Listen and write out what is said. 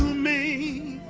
me